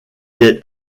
est